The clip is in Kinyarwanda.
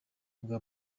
bwa